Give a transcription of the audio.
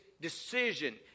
decision